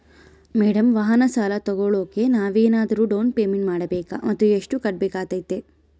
Madam ವಾಹನ ಸಾಲ ತೋಗೊಳೋಕೆ ನಾವೇನಾದರೂ ಡೌನ್ ಪೇಮೆಂಟ್ ಮಾಡಬೇಕಾ ಮತ್ತು ಎಷ್ಟು ಕಟ್ಬೇಕಾಗ್ತೈತೆ?